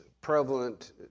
prevalent